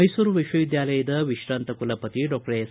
ಮೈಸೂರು ವಿಶ್ವವಿದ್ಯಾಲಯದ ವಿಶಾಂತ ಕುಲಪತಿ ಡಾಕ್ಟರ್ ಎಸ್